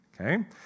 Okay